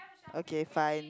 okay fine